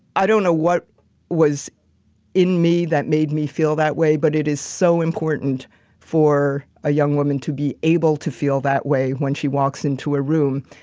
i don't know what was in me that made me feel that way. but it is so important for a young woman to be able to feel that way when she walks into a room.